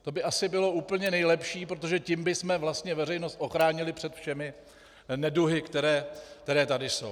To by asi bylo úplně nejlepší, protože tím bychom vlastně veřejnost ochránili před všemi neduhy, které tady jsou.